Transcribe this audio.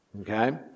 Okay